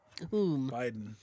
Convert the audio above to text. Biden